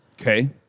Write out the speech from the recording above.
okay